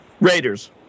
Raiders